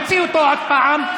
תוציאו אותו עוד פעם.